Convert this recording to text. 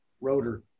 rotor